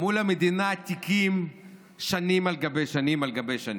מול המדינה תיקים שנים על גבי שנים על גבי שנים,